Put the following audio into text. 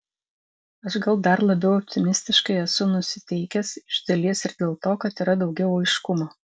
aš gal dar labiau optimistiškai esu nusiteikęs iš dalies ir dėl to kad yra daugiau aiškumo